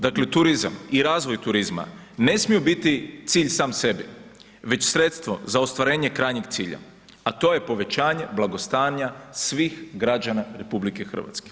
Dakle, turizam i razvoj turizma ne smiju biti cilj sam sebi već sredstvo za ostvarenje krajnjeg cilja, a to je povećanje blagostanja svih građana RH.